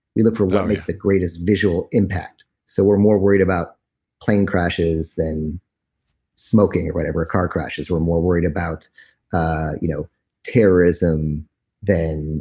we look for what makes the greatest visual impact, so we're more worried about plane crashes and smoking, whatever, car crashes. we're more worried about ah you know terrorism than